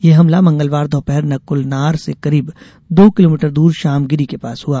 यह हमला मंगलवार दोपहर नकुलनार से करीब दो किलोमीटर दूर शाम गिरी के पास हुआ